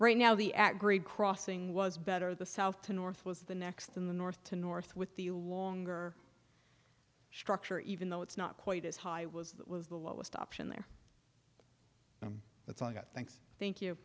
right now the at grade crossing was better the south to north was the next in the north to north with the longer structure even though it's not quite as high was that was the lowest option there and that's all i got thanks thank